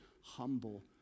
Humble